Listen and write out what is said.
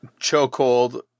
Chokehold